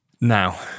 Now